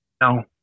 No